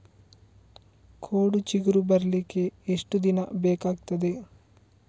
ಕೋಡು ಚಿಗುರು ಬರ್ಲಿಕ್ಕೆ ಎಷ್ಟು ದಿನ ಬೇಕಗ್ತಾದೆ?